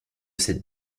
cette